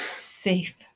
safe